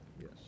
Yes